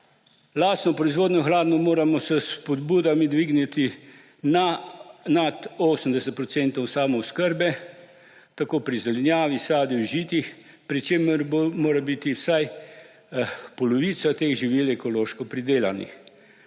Lastno proizvodnjo hrane moramo s spodbudami dvigniti nad 80 % samooskrbe tako pri zelenjavi, sadju, žitih, pri čemer mora biti vsaj polovica teh živil ekološko pridelana.